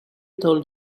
told